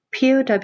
POW